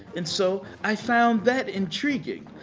and so, i found that intriguing.